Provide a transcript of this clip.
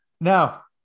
Now